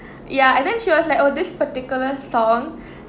ya and then she was like oh this particular song